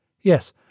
Yes